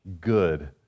good